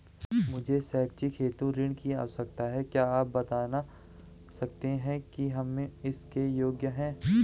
मुझे शैक्षिक हेतु ऋण की आवश्यकता है क्या आप बताना सकते हैं कि हम इसके योग्य हैं?